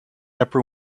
upper